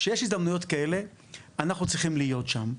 כשיש הזדמנויות כאלה אנחנו צריכים להיות שם.